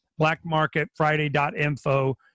blackmarketfriday.info